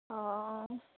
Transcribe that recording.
অঁ